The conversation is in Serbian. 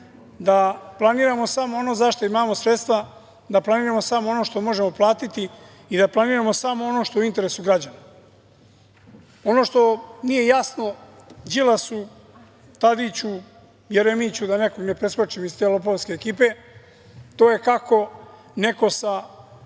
da planiramo samo ono za šta imamo sredstva, da planiramo samo ono što možemo platiti i da planiramo samo ono što je u interesu građana. Ono što nije jasno Đilasu, Tadiću, Jeremiću, da nekog ne preskočim iz te lopovske ekipe, to je kako neko sa